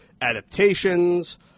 adaptations